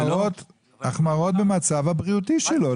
החמרות במצב הבריאותי שלו.